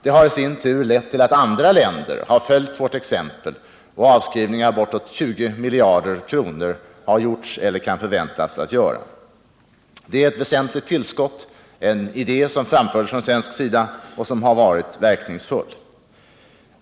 Det har sin tur lett till att andra länder har följt vårt exempel, och avskrivningar på bortåt 20 miljarder kronor har gjorts eller kan förväntas göras. Det är ett väsentligt tillskott som skett genom en verkningsfull idé från svensk sida.